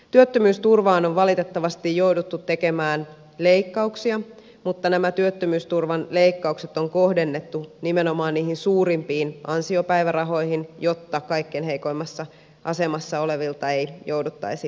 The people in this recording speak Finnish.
työttömyysturvaan on valitettavasti jouduttu tekemään leikkauksia mutta nämä työttömyysturvan leikkaukset on kohdennettu nimenomaan niihin suurimpiin ansiopäivärahoihin jotta kaikkein heikoimmassa asemassa olevilta ei jouduttaisi leikkaamaan